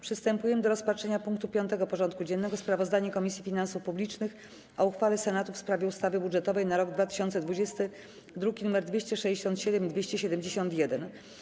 Przystępujemy do rozpatrzenia punktu 5. porządku dziennego: Sprawozdanie Komisji Finansów Publicznych o uchwale Senatu w sprawie ustawy budżetowej na rok 2020 (druki nr 267 i 271)